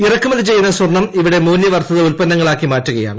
ഇറക്കുമതി ചെയ്യുന്ന സ്വർണ്ണം ഇവിടെ മൂല്യവർദ്ധിത ഉൽപ്പന്നങ്ങൾ ആക്കി മാറ്റുകയാണ്